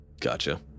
Gotcha